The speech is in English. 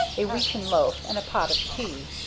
a wheaten loaf, and a pot of tea.